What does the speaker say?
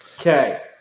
Okay